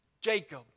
Jacob